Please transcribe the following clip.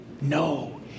no